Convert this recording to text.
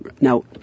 Now